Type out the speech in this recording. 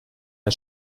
der